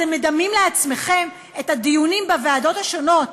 אתם מדמים לעצמכם את הדיונים בוועדות השונות,